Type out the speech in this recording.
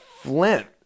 Flint